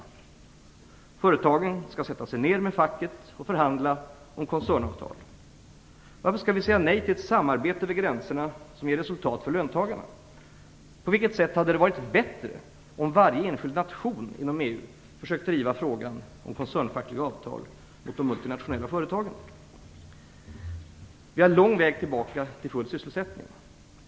Representanter för företagen skall sätta sig ner med facket och förhandla om koncernavtal. Varför skall vi säga nej till samarbete över gränserna som ger resultat för löntagarna? På vilket sätt hade det varit bättre om varje enskild nation inom EU hade försökt driva frågan om koncernfackliga avtal mot de multinationella företagen? Vi har en lång väg tillbaka till full sysselsättning.